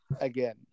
again